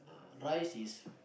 uh rice is